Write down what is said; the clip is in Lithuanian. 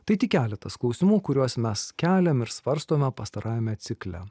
tai tik keletas klausimų kuriuos mes keliam ir svarstome pastarajame cikle